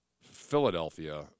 Philadelphia